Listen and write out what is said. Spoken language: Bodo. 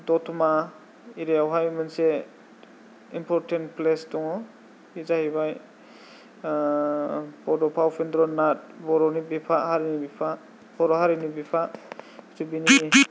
दत'मा एरियायावहाय मोनसे इमपर्टेन्ट प्लेस दङ' बे जाहैबोय बड'फा उपेन्द्र नाथ बर'नि बिफा हारिनि बिफा बर' हारिनि बिफा